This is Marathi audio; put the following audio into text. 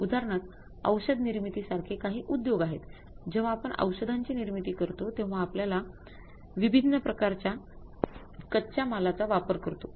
उदाहरणार्थ औषधनिर्मितीसारखे काही उद्योग आहेत जेव्हा आपण औषधांची निर्मिती करतो तेव्हा आपल्यला विभिन्न प्रकारच्या कच्या मालाचा वापर करतो